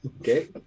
Okay